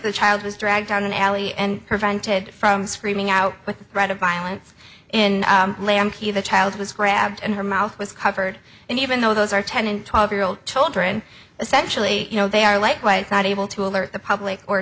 the child was dragged down an alley and prevented from screaming out with the threat of violence in the child was grabbed and her mouth was covered and even though those are ten and twelve year old children essentially you know they are like quite able to alert the public or